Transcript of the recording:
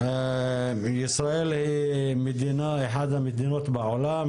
ישראל היא אחת המדינות בעולם,